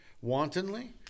wantonly